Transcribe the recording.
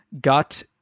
Got